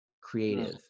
creative